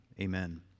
amen